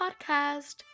podcast